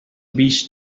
beach